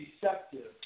deceptive